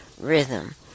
rhythm